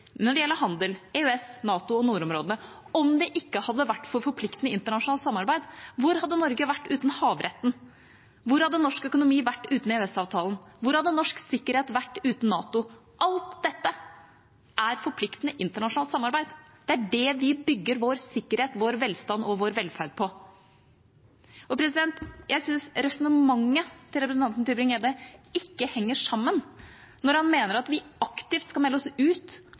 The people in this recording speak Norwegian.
når det gjelder handel, EØS, NATO og nordområdene – om det ikke hadde vært for forpliktende internasjonalt samarbeid? Hvor hadde Norge vært uten havretten? Hvor hadde norsk økonomi vært uten EØS-avtalen? Hvor hadde norsk sikkerhet vært uten NATO? Alt dette er forpliktende internasjonalt samarbeid. Det er det vi bygger vår sikkerhet, vår velstand og vår velferd på. Jeg syns resonnementet til representanten Tybring-Gjedde ikke henger sammen når han mener at vi aktivt skal melde oss ut